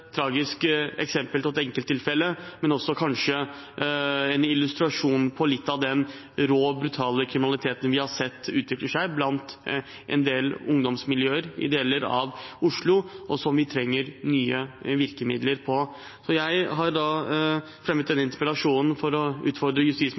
tragisk eksempel og et enkelttilfelle, men kanskje også en illustrasjon på litt av den rå, brutale kriminaliteten vi har sett utvikle seg blant en del ungdomsmiljøer i deler av Oslo, og som vi trenger nye virkemidler for. Jeg har fremmet denne